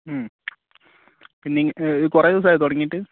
മ്മ് പിന്നെ കുറെ ദിവസമായോ തുടങ്ങിയിട്ട്